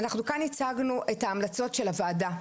אנחנו כאן הצגנו את ההמלצות של הוועדה,